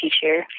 teacher